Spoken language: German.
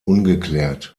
ungeklärt